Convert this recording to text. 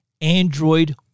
Android